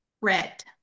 red